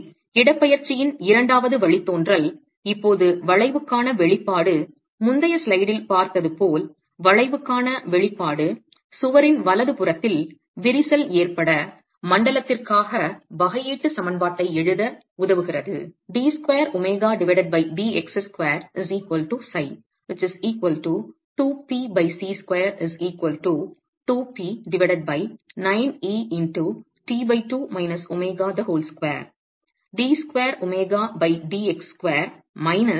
எனவே இடப்பெயர்ச்சியின் இரண்டாவது வழித்தோன்றல் இப்போது வளைவுக்கான வெளிப்பாடு முந்தைய ஸ்லைடில் பார்த்தது போல் வளைவுக்கான வெளிப்பாடு சுவரின் வலதுபுறத்தில் விரிசல் ஏற்பட்ட மண்டலத்திற்கான வகையீட்டு சமன்பாட்டை எழுத உதவுகிறது